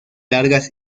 largas